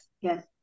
yes